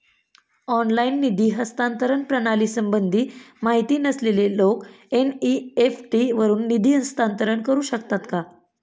Online निधी हस्तांतरण प्रणालीसंबंधी माहिती नसलेले लोक एन.इ.एफ.टी वरून निधी हस्तांतरण करू शकतात का?